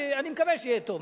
אני מקווה שיהיה טוב.